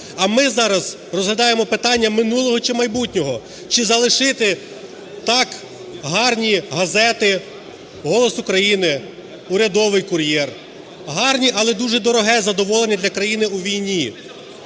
А ми зараз розглядаємо питання минулого чи майбутнього. Чи залишити, так, гарні газети: "Голос України", "Урядовий кур'єр". Гарні, але дуже дороге задоволення для країні у війні.